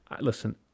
Listen